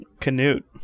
Canute